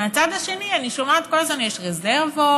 מצד שני אני שומעת כל הזמן: יש רזרבות,